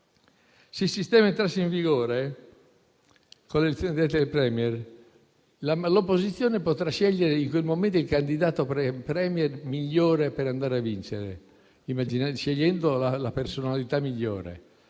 se il sistema entrasse in vigore, con l'elezione diretta del *Premier*, l'opposizione potrà scegliere in quel momento il candidato *Premier* migliore per andare a vincere, la personalità migliore,